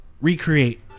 recreate